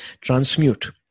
transmute